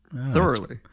thoroughly